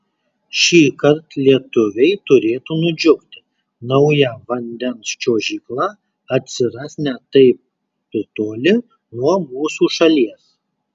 šįkart lietuviai turėtų nudžiugti nauja vandens čiuožykla atsiras ne taip ir toli nuo mūsų šalies